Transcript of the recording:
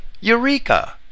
Eureka